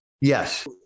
Yes